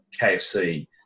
KFC